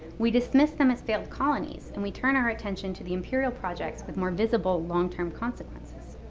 we dismiss them as failed colonies and we turn our attention to the imperial projects with more visible long-term consequences.